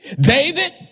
David